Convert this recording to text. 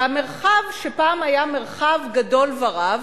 והמרחב, שפעם היה מרחב גדול ורב,